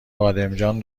بادمجان